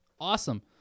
awesome